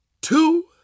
two